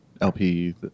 LP